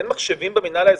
אין מחשבים במינהל האזרחי?